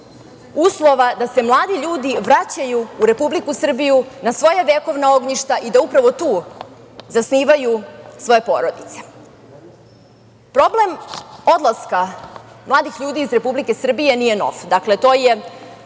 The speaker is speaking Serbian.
uslova da se mladi ljudi vraćaju u Republiku Srbiju na svoja vekovna ognjišta i da upravo tu zasnivaju svoje porodice. Problem odlaska mladih ljudi iz Republike Srbije nije nov.